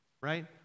Right